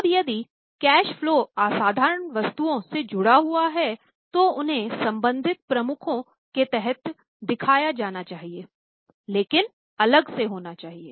अब यदि cash flow असाधारण वस्तुओं से जुड़ा हुआ है तो उन्हें संबंधित प्रमुखों के तहत दिखाया जाना चाहिएलेकिन अलग से होने चाहिए